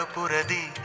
Puradi